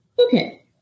Okay